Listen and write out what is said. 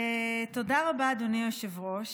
תודה רבה, אדוני היושב-ראש.